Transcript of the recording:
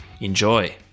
Enjoy